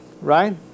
right